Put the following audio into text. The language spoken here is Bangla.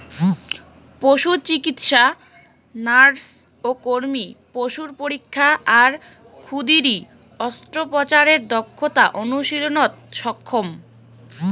পশুচিকিৎসা নার্স ও কর্মী পশুর পরীক্ষা আর ক্ষুদিরী অস্ত্রোপচারের দক্ষতা অনুশীলনত সক্ষম